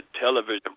television